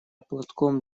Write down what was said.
платком